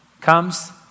comes